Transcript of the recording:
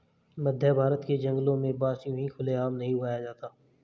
मध्यभारत के जंगलों में बांस यूं खुले आम नहीं उगाया जाता